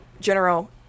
general